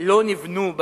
למה אתה מתכוון?